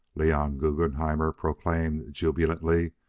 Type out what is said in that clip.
leon guggenhammer proclaimed jubilantly,